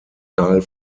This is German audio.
teil